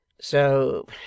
So